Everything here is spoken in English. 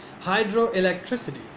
Hydroelectricity